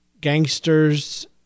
gangsters